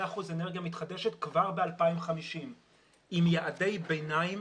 אחוזים אנרגיה מתחדשת כבר ב-2050 עם יעדי ביניים